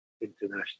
International